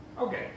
Okay